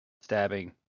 stabbing